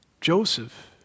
Joseph